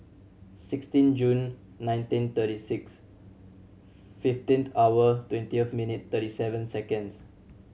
sixteen June nineteen thirty six fifteenth hour twenty of minute thirty seven seconds